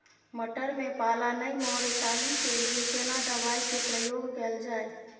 मटर में पाला नैय मरे ताहि के लिए केना दवाई के प्रयोग कैल जाए?